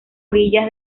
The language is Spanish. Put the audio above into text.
orillas